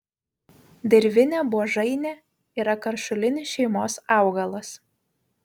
dirvinė buožainė yra karšulinių šeimos augalas